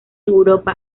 europa